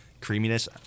creaminess